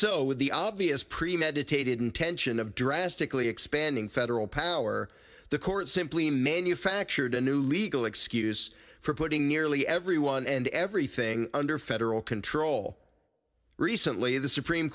so with the obvious pre meditated intention of drastically expanding federal power the court simply manufactured a new legal excuse for putting nearly everyone and everything under federal control recently the supreme